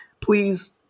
please